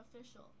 official